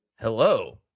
Hello